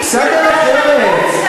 קצת דרך ארץ.